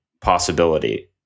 possibility